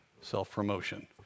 self-promotion